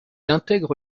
intègre